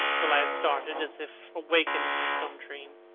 the lad started, as if awakened from some dream.